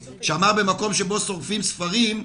שאמר: "במקום שבו שורפים ספרים,